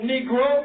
Negro